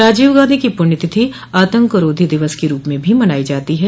राजीव गांधी की पुण्यतिथि आतंक रोधी दिवस के रूप में भी मनाई जाती है